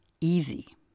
easy